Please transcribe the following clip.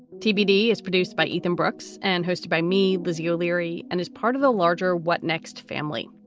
tbd is produced by ethan brooks and hosted by me, lizzie o'leary, and is part of the larger what next family.